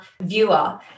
viewer